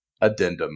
addendum